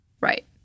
Right